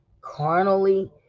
carnally